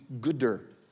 gooder